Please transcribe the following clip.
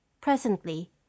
Presently